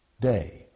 day